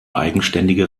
eigenständige